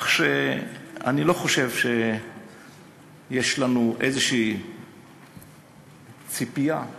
כך שאני לא חושב שיש לנו איזושהי ציפייה להחמרה,